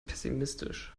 pessimistisch